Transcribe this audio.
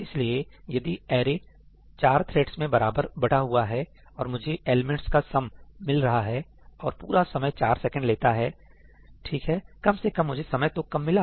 इसलिए यदि array 4 threads में बराबर बटा हुआ है और मुझे एलिमेंट्स का सम मिल रहा है और पूरा समय 4 सेकंड लेता है ठीक है कम से कम मुझे समय तो कम मिला